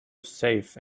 safe